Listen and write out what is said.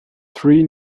three